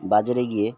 বাজারে গিয়ে